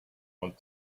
want